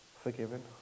forgiven